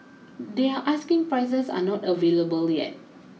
their asking prices are not available yet